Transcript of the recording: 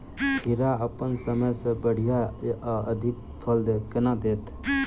खीरा अप्पन समय सँ बढ़िया आ अधिक फल केना देत?